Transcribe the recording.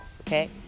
Okay